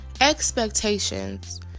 expectations